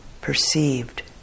perceived